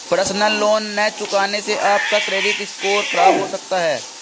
personal loan न चुकाने से आप का क्रेडिट स्कोर खराब हो सकता है